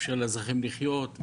לאפשר לאזרחים לחיות,